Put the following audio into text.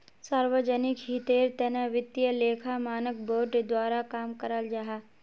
सार्वजनिक हीतेर तने वित्तिय लेखा मानक बोर्ड द्वारा काम कराल जाहा